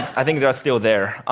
i think they're still there.